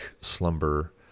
slumber